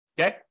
Okay